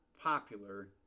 popular